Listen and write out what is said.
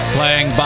Playing